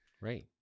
Right